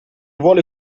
vuole